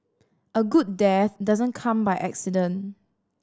a good death doesn't come by accident